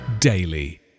Daily